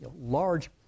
large